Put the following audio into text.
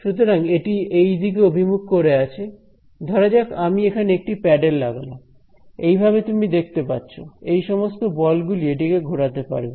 সুতরাং এটি এইদিকে অভিমুখ করে আছে ধরা যাক আমি এখানে একটি প্যাডেল লাগালাম এইভাবে তুমি দেখতে পাচ্ছো এই সমস্ত বল গুলি এটিকে ঘোরাতে পারবে